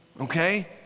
okay